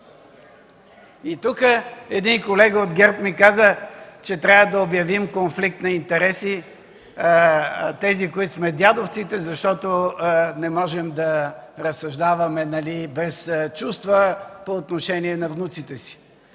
Тук един колега от ГЕРБ ми каза, че трябва да обявим конфликт на интереси тези, които сме дядовци, защото не можем да разсъждаваме без чувства по отношение на внуците си.